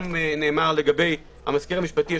גם נאמר לגבי המזכיר המשפטי,